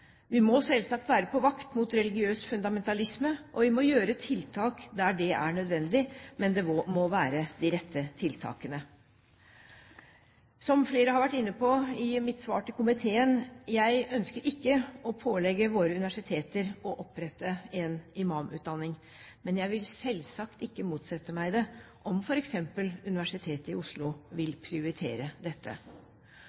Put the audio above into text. Vi må selvsagt være på vakt mot religiøs fundamentalisme, og vi må gjøre tiltak der det er nødvendig, men det må være de rette tiltakene. Som flere har vært inne på når det gjelder mitt svar til komiteen: Jeg ønsker ikke å pålegge våre universiteter å opprette en imamutdanning, men jeg vil selvsagt ikke motsette meg det om f.eks. Universitetet i Oslo vil